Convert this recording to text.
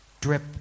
drip